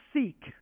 seek